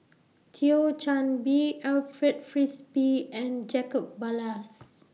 Thio Chan Bee Alfred Frisby and Jacob Ballas